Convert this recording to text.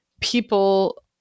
people